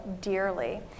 Dearly